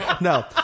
No